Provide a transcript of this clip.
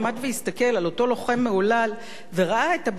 מהולל וראה את הבעת ההסתייגות בפניו,